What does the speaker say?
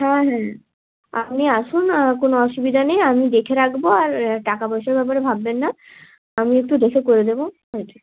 হ্যাঁ হ্যাঁ আপনি আসুন কোনো অসুবিধা নেই আমি দেখে রাখবো আর টাকা পয়সার ব্যাপারে ভাববেন না আমি একটু দেখে করে দেবো ওই তো